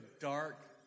dark